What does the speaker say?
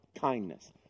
Kindness